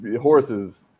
horses